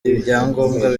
ibyangombwa